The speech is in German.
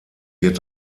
wird